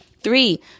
Three